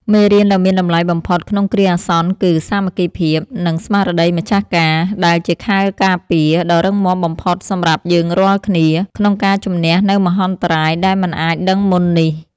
មេរៀនដ៏មានតម្លៃបំផុតក្នុងគ្រាអាសន្នគឺ សាមគ្គីភាព និងស្មារតីម្ចាស់ការ ដែលជាខែលការពារដ៏រឹងមាំបំផុតសម្រាប់យើងរាល់គ្នា ក្នុងការជម្នះនូវមហន្តរាយដែលមិនអាចដឹងមុននេះ។